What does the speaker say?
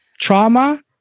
Trauma